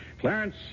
Clarence